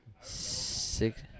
Six